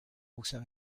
also